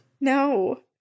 no